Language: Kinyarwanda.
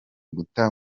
guta